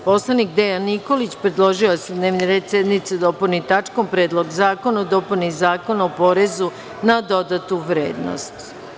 Narodni poslanik Dejan Nikolić predložio je da se dnevni red sednice dopuni tačkom - Predlog zakona o dopuni Zakona o porezu na dodatu vrednost.